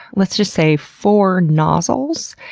let's just say, four nozzles.